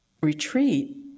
retreat